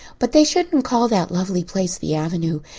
but they shouldn't call that lovely place the avenue.